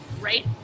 right